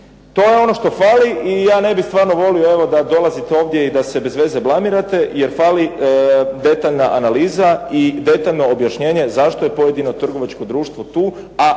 To je ono što fali i ja ne bih stvarno volio da dolazite ovdje i da se bez veze blamirate jer fali detaljna analiza i detaljno objašnjenje zašto je pojedino trgovačko društvo tu, a